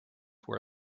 were